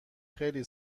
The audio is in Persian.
خیلی